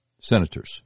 senators